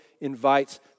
invites